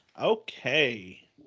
Okay